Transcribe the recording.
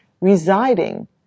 residing